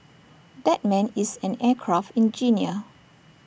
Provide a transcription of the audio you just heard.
that man is an aircraft engineer